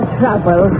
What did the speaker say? trouble